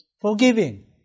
Forgiving